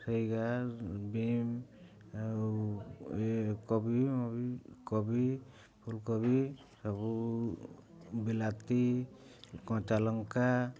ସେଇ ବିନ୍ ଆଉ ଇଏ କୋବି କୋବି ଫୁଲକୋବି ସବୁ ବିଲାତି କଞ୍ଚା ଲଙ୍କା